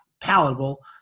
palatable